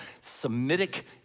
Semitic